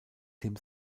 tim